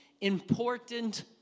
Important